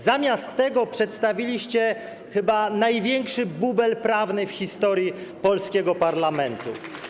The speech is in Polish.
Zamiast tego przedstawiliście chyba największy bubel prawny w historii polskiego parlamentu.